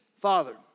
father